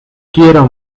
quiero